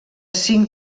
cinc